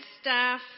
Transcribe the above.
staff